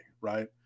right